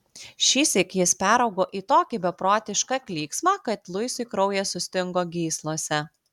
šįsyk jis peraugo į tokį beprotišką klyksmą kad luisui kraujas sustingo gyslose